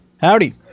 Howdy